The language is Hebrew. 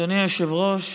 אדוני היושב-ראש,